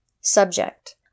Subject